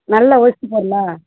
நல்ல ஒஸ்தி பொருளாக